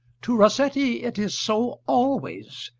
to rossetti it is so always,